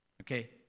Okay